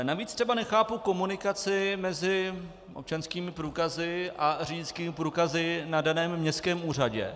Navíc třeba nechápu komunikaci mezi občanskými průkazy a řidičskými průkazy na daném městském úřadě.